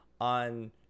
on